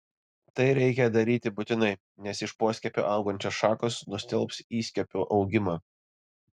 tai reikia daryti būtinai nes iš poskiepio augančios šakos nustelbs įskiepio augimą